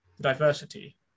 diversity